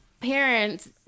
parents